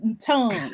tongue